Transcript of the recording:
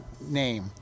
name